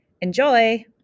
Enjoy